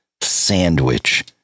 sandwich